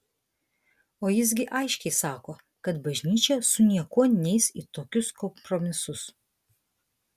o jis gi aiškiai sako kad bažnyčia su niekuo neis į tokius kompromisus